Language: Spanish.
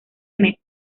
mes